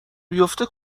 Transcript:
بیافته